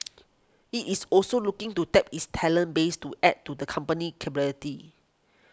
it is also looking to tap its talent base to add to the company's capabilities